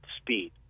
speed